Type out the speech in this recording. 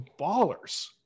ballers